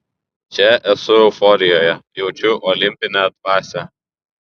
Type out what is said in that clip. čia esu euforijoje jaučiu olimpinę dvasią